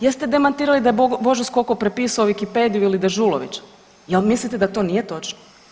Jeste demantirali da je Božo Skoko prepisao wikipediju ili Deđulovića, jel mislite da to nije točno?